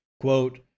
Quote